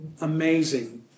amazing